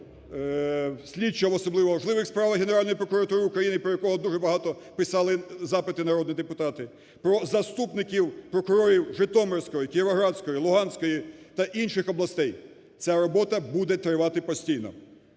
слідчого, особливо в важливих справах Генеральної прокуратури України, про якого дуже багато писали запити народні депутати, про заступників прокурорів Житомирської, Кіровоградської, Луганської та інших областей. Ця робота буде тривати постійно.